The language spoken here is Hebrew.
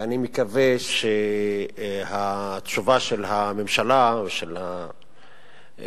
ואני מקווה שהתשובה של הממשלה ושל השר